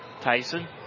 Tyson